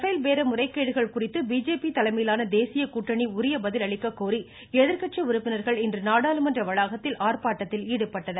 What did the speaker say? பேல் பேர முறைகேடுகள் குறித்து பிஜேபி தலைமையிலான தேசிய ஜனநாயக கூட்டணி உரிய பதில் அளிக்க கோரி எதிர்கட்சி உறுப்பினர்கள் இன்று நாடாளுமன்ற வளாகத்தில் ஆர்ப்பாட்டத்தில் ஈடுபட்டனர்